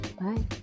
bye